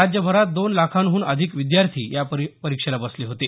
राज्यभरात दोन लाखाहून अधिक विद्यार्थी या परीक्षेला बसले होते